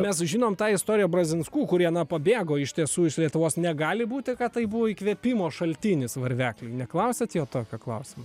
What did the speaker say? mes žinom tą istoriją brazinskų kurie na pabėgo iš tiesų iš lietuvos negali būti kad tai buvo įkvėpimo šaltinis varvekliui neklausėt jo tokio klausimo